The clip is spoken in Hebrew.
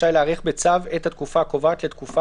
רשאי להאריך בצו את התקופה הקובעת לתקופה